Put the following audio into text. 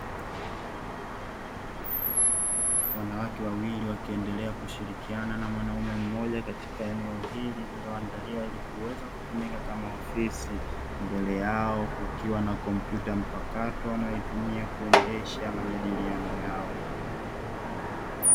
Wanawake wawili wakiendelea kushirikiana na mwanaume mmoja katika eneo hili lililoandaliwa ili kuweza kama ofisi, mbele yao kukiwa na kompyuta mpakato wanayoitumia kuendesha majadiliano yao.